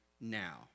now